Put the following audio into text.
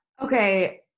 Okay